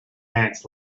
ants